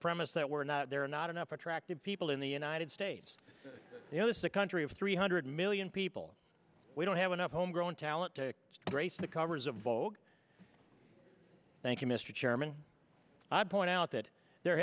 premise that we're not there are not enough attractive people in the united states you know this is a country of three hundred million people we don't have enough homegrown talent to grace the covers of vogue thank you mr chairman i point out that there